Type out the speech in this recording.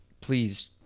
please